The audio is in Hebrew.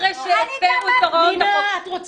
אחרי שהפרו את הוראות החוק.